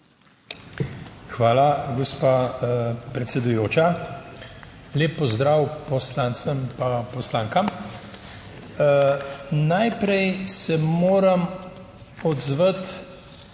Hvala, gospa predsedujoča. Lep pozdrav poslancem in poslankam! Najprej se moram odzvati ali